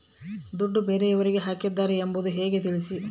ದುಡ್ಡು ಬೇರೆಯವರಿಗೆ ಹಾಕಿದ್ದಾರೆ ಎಂಬುದು ಹೇಗೆ ತಿಳಿಸಿ?